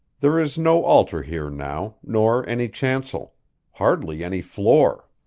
there is no altar here now, nor any chancel hardly any floor.